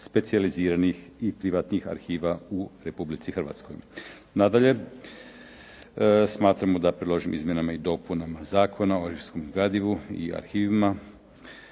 specijaliziranih i privatnih arhiva u Republici Hrvatskoj. Nadalje, smatramo da predloženim izmjenama i dopunama Zakona o arhivskom gradivu i arhivima